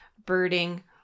Birding